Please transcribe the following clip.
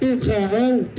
Israël